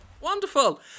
Wonderful